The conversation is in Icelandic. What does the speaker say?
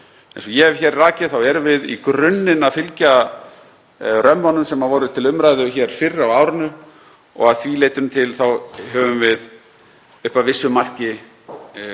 Eins og ég hef hér rakið þá erum við í grunninn að fylgja römmunum sem voru til umræðu hér fyrr á árinu og að því leyti til höfum við upp að vissu marki tekið